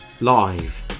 Live